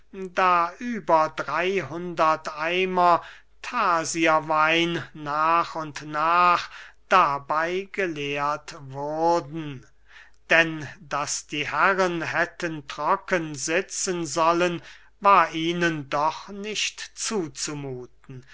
da über drey hundert eimer thasierwein nach und nach dabey geleert wurden denn daß die herren hätten trocken sitzen sollen war ihnen doch nicht zuzumuthen